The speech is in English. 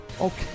okay